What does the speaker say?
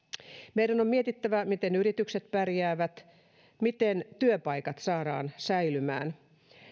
meidän on mietittävä miten yritykset pärjäävät miten työpaikat saadaan säilymään